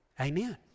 amen